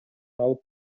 алып